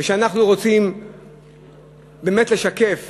ושאנחנו רוצים באמת לשקף